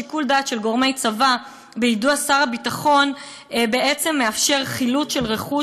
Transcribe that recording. שיקול דעת של גורמי צבא ביידוע שר הביטחון בעצם מאפשר חילוט של רכוש.